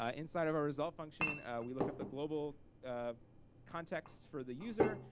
ah inside of our resolve function we look up the global context for the user,